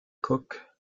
coque